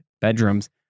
bedrooms